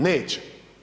Neće.